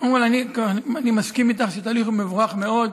קודם כול, אני מסכים איתך שהתהליך הוא מבורך מאוד.